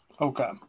Okay